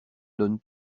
donne